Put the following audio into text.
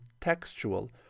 textual